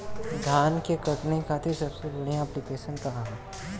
धान के कटनी खातिर सबसे बढ़िया ऐप्लिकेशनका ह?